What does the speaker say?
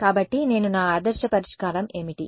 కాబట్టి నేను నా ఆదర్శ పరిష్కారం ఏమిటి